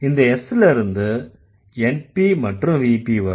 இந்த S ல இருந்து NP மற்றும் VP வரும்